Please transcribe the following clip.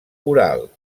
oral